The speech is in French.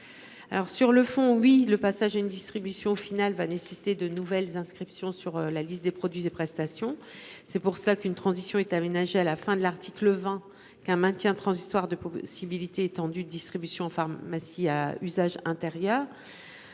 Alors sur le fond. Oui, le passage à une distribution finale va nécessiter de nouvelles inscriptions sur la liste des produits et prestations. C'est pour cela qu'une transition est aménagée à la fin de l'article 20 qu'un maintien transitoire de possibilités étendues distribution en pharmacies à usage intérieur.